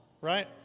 right